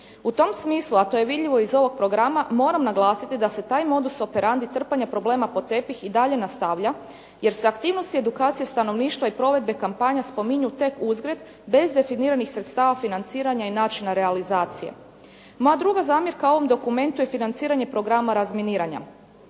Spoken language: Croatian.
U tom smislu, a to je vidljivo iz ovog programa, moram naglasiti da se taj modus operandi trpanja problema pod tepih i dalje nastavlja jer se aktivnosti edukacije stanovništva i provedbe kampanja spominju tek uzgred, bez definiranih sredstava financiranja i načina realizacije. Moja druga zamjerka ovom dokumentu je financiranje programa razminiranja.